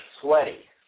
sweaty